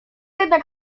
jednak